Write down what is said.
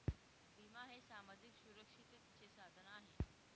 विमा हे सामाजिक सुरक्षिततेचे साधन आहे